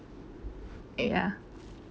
ya